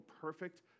perfect